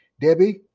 Debbie